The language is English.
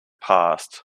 passed